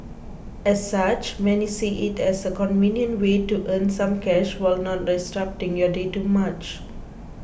as such many see it as a convenient way to earn some cash while not disrupting your day too much